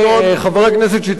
אדוני חבר הכנסת שטרית,